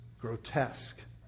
grotesque